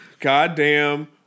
goddamn